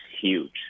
huge